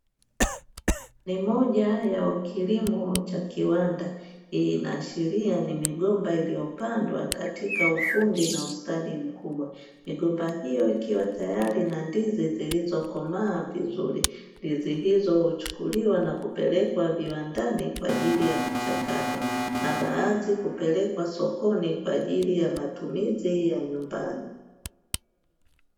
Ni moja ya kilimo cha kiwanda; hii inaashiria ni migomba iliyopandwa katika ufundi na ustadi mkubwa. Migomba hiyo ikiwa tayari ina ndizi zilizokomaa vizuri. Ndizi hizo huchukuliwa na kupelekwa viwandani kwa ajili ya kuchakatwa na baadhi hupelekwa sokoni kwa ajili ya matumizi ya nyumbani.